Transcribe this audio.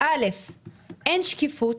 אין שקיפות.